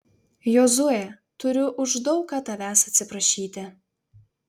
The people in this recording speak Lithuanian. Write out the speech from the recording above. jozue turiu už daug ką tavęs atsiprašyti